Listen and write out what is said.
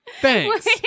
Thanks